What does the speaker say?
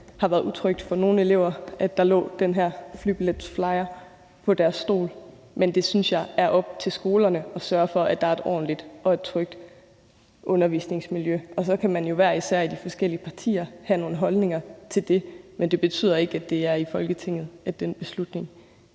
det har været utrygt for nogle elever, at der lå den her flybilletflyer på deres stol, men jeg synes, det er op til skolerne at sørge for, at der er et ordentligt og trygt undervisningsmiljø. Så kan man jo hver især i de forskellige partier have nogle holdninger til det, men det betyder ikke, at det er i Folketinget, den beslutning